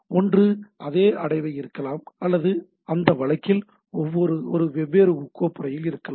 ஒன்று அதே அடைவை இருக்கலாம் அல்லது அந்த வழக்கில் ஒரு வெவ்வேறு கோப்புறையில் இருக்கலாம்